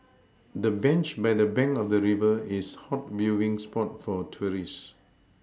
the bench by the bank of the river is hot viewing spot for tourists